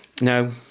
No